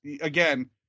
again